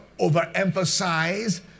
overemphasize